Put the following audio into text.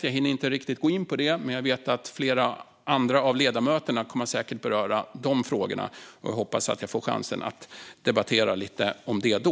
Jag hinner inte gå in på det, men andra ledamöter kommer säkert att beröra dessa frågor. Jag hoppas att jag får chans att debattera lite om det då.